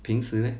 平时 leh